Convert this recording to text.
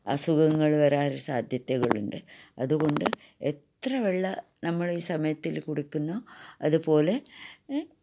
അസുഖങ്ങള് വരാറ് സാധ്യതകളുണ്ട് അതുകൊണ്ട് എത്ര വെള്ളം നമ്മൾ ഈ സമയത്തില് കുടിക്കുന്നൊ അതുപോലെ